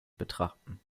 betrachten